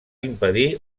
impedir